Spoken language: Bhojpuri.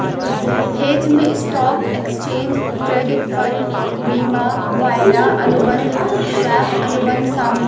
हेज में स्टॉक, एक्सचेंज ट्रेडेड फंड, बीमा, वायदा अनुबंध, स्वैप, अनुबंध शामिल हौ